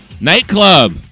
nightclub